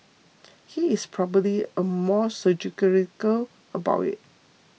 he is probably a more surgical about it